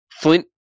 Flint